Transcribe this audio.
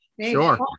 Sure